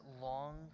long